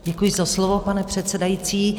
Děkuji za slovo, pane předsedající.